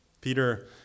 Peter